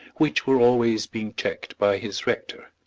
which were always being checked by his rector.